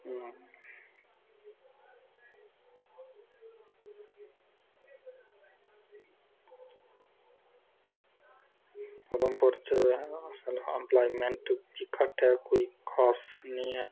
उधमपुर च बी इम्पलॉयमैंट घट्ट ऐ कोई इन्नी खास निं ऐ